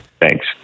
Thanks